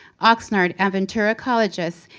oxnard, ventura colleges,